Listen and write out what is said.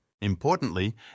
Importantly